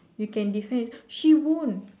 you can defend she won't